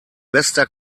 bester